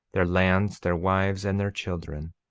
their lands, their wives, and their children,